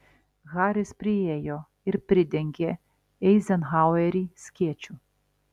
haris priėjo ir pridengė eizenhauerį skėčiu